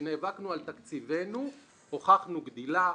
כשנאבקנו על תקציבנו הוכחנו גדילה,